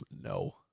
No